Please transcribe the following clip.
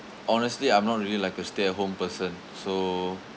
honestly I'm not really like a stay at home person so